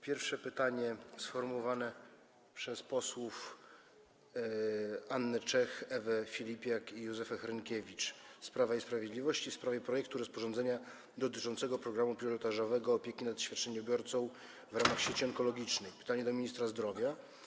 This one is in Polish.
Pierwsze pytanie, sformułowane przez posłów Annę Czech, Ewę Filipiak i Józefę Hrynkiewicz z Prawa i Sprawiedliwości, w sprawie projektu rozporządzenia dotyczącego programu pilotażowego opieki nad świadczeniobiorcą w ramach sieci onkologicznej - do ministra zdrowia.